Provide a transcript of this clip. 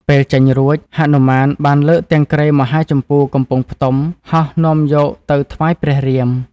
ពេលចេញរួច ហនុមានបានលើកទាំងគ្រែមហាជម្ពូកំពុងផ្ទុំ ហោះនាំយកទៅថ្វាយព្រះរាម។